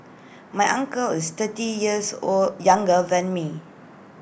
my uncle is thirty years old younger than me